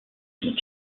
son